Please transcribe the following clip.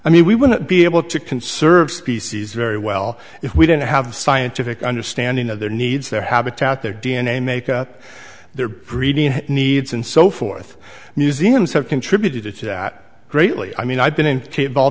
i mean we wouldn't be able to conserve species very well if we didn't have scientific understanding of their needs their habitat their d n a make a their breeding needs and so forth museums have contributed to that greatly i mean i've been in cape ball